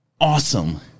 awesome